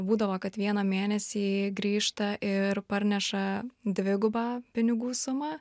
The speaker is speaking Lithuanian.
būdavo kad vieną mėnesį grįžta ir parneša dvigubą pinigų sumą